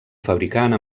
fabricant